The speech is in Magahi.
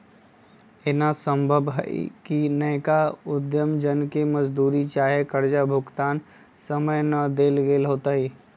एना संभव हइ कि नयका उद्यम जन के मजदूरी चाहे कर्जा भुगतान समय न देल गेल होतइ